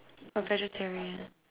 a vegetarian